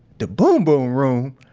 the boom boom room?